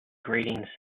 grating